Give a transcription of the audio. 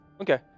Okay